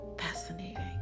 fascinating